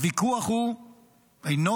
הוויכוח הוא אינו,